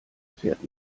fährt